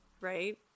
right